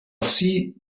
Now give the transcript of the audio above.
see